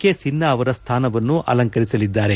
K Sinha ಅವರ ಸ್ಥಾನವನ್ನು ಅಲಂಕರಿಸಲಿದ್ದಾರೆ